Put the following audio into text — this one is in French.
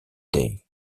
day